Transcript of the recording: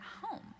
home